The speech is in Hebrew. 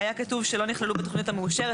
היה כתוב שלא נכללו בתוכנית המאושרת,